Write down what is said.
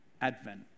Advent